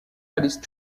alice